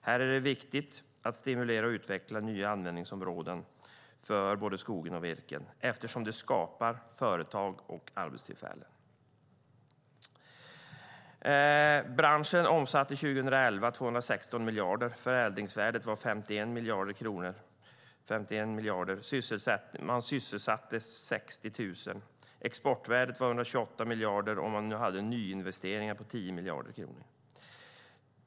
Här är det viktigt att stimulera och utveckla nya användningsområden för både skogen och virket eftersom det skapar företag och arbetstillfällen. Branschen omsatte 216 miljarder år 2011. Förädlingsvärdet var 51 miljarder, och man sysselsatte 60 000. Exportvärdet var 128 miljarder, och man hade nyinvesteringar på 10 miljarder kronor.